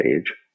age